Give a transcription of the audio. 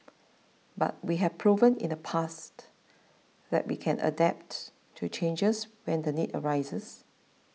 but we have proven in the past that we can adapt to changes when the need arises